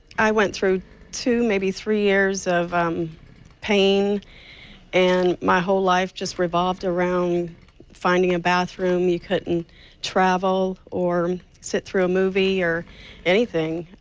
i went through two maybe three years of pain and my whole life just revolved around finding a bathroom, you couldn't travel or sit through a movie or anything.